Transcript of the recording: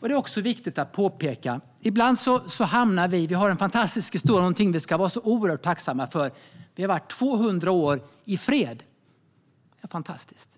Det är också viktigt att påpeka en sak. Vi har en fantastisk historia. Det är någonting som vi ska vara oerhört tacksamma för. Vi har haft 200 år av fred. Det är fantastiskt.